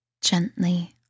gently